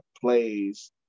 plays